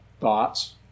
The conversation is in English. Thoughts